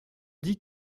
dit